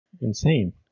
insane